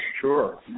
sure